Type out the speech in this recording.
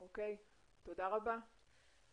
תודה רבה.